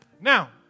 Now